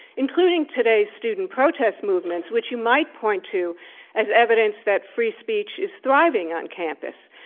including today's student protest movements which you might point to as evidence that free speech is thriving on campus.